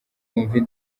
wumve